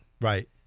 Right